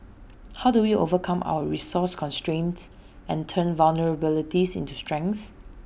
how do we overcome our resource constraints and turn vulnerabilities into strengths